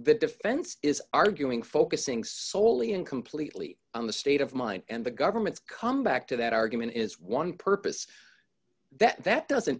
the defense is arguing focusing solely and completely on the state of mind and the government's come back to that argument is one purpose that that doesn't